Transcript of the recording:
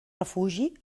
refugi